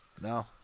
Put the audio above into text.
No